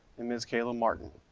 and ms. kayla martin.